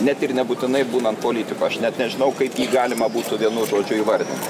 net ir nebūtinai būnant politiku aš net nežinau kai galima būtų vienu žodžiu įvardint